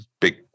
big